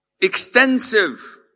extensive